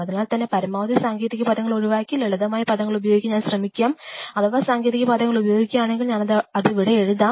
അതിനാൽ തന്നെ പരമാവധി സാങ്കേതികപദങ്ങൾ ഒഴിവാക്കി ലളിതമായ പദങ്ങൾ ഉപയോഗിക്കാൻ ഞാൻ ശ്രമിക്കാം അഥവാ സാങ്കേതിക പദങ്ങൾ ഉപയോഗിക്കുകയാണെങ്കിൽ ഞാൻ അതിവിടെ എഴുതാം